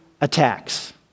attacks